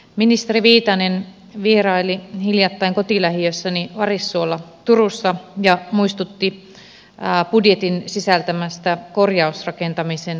ministeri viitanen vieraili hiljattain kotilähiössäni varissuolla turussa ja muistutti budjetin sisältämästä korjausrakentamisen tukipaketista